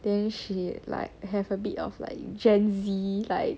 then she like have a bit of like gen Z like